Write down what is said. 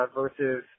versus